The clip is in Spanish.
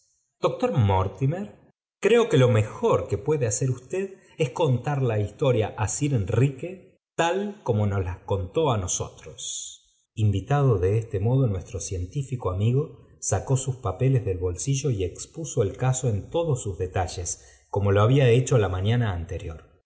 doctor mortimer creo que lo mejor que puede hacer usted es contar la historia á sir enrique tal como nos la contó á nosotros invitado de este modo nuestro científico amigo sacó sus papeles dol bolsillo y expuso el caso en todos sus detalles como lo había hecho la mañana anterior